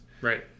Right